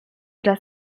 dass